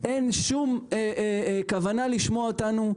אין שום כוונה לשמוע אותנו.